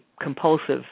compulsive